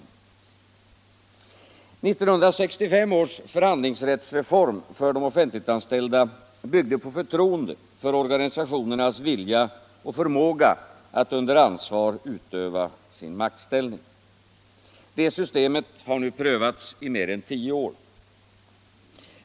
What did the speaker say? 1965 års förhandlingsrättsreform för de offentligt anställda byggde på förtroende för organisationernas vilja och förmåga att under ansvar utöva sin maktställning. Detta system har nu prövats i mer än tio år.